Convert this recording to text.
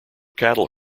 cattle